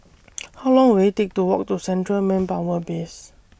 How Long Will IT Take to Walk to Central Manpower Base